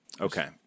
Okay